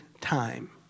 time